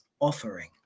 offering